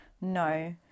no